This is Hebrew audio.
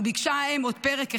וביקשה האם עוד פרק אחד,